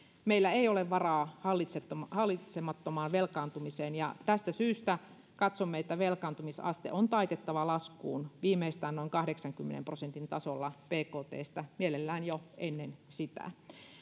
meillä ei ole varaa hallitsemattomaan hallitsemattomaan velkaantumiseen ja tästä syystä katsomme että velkaantumisaste on taitettava laskuun viimeistään noin kahdeksankymmenen prosentin tasolla bktstä mielellään jo ennen sitä